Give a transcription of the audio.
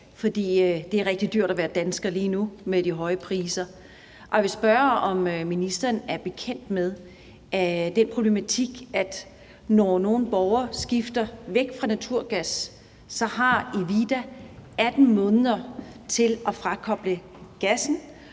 konkret. Det er rigtig dyrt at være dansker lige nu med de høje priser, og jeg vil spørge, om ministeren er bekendt med den problematik, at når nogle borgere skifter væk fra naturgas, har Evida 18 måneder til at frakoble gassen